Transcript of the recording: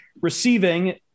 receiving